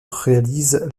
réalise